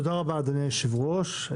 אדוני היושב-ראש,